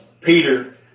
Peter